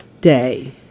day